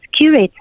curator